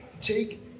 take